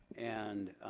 and,